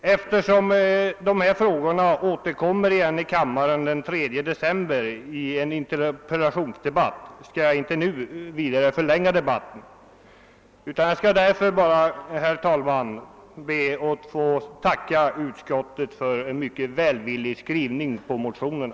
Eftersom dessa frågor återkommer i kammaren den 3 december i en interpellationsdebatt, skall jag inte nu ytterligare förlänga debatten. Jag skall därför, herr talman, bara be att få tacka utskottet för en mycket välvillig skrivning när det gäller motionerna.